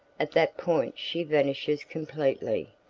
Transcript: at that point she vanishes completely.